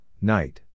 night